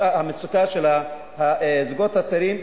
של הזוגות הצעירים,